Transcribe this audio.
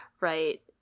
right